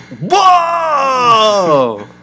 Whoa